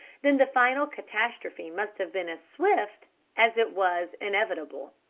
then the final catastrophe must have been as swift as it was inevitable.